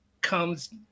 comes